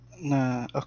Nah